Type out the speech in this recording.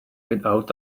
without